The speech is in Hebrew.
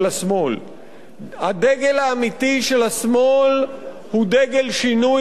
הדגל האמיתי של השמאל הוא דגל שינוי סדר העדיפויות,